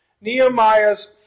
Nehemiah's